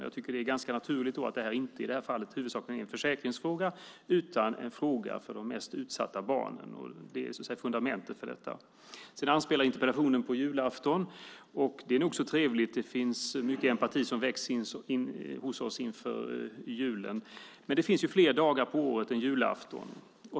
Jag tycker att det är ganska naturligt att det i det här fallet inte huvudsakligen är en försäkringsfråga utan en fråga för de mest utsatta barnen. Det är fundamentet för detta. Interpellationen anspelar på julafton. Det är nog så trevligt. Det finns mycket empati som väcks hos oss inför julen. Men det finns fler dagar på året än julafton.